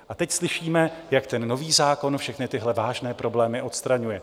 A teď slyšíme, jak nový zákon všechny tyhle vážné problémy odstraňuje.